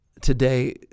today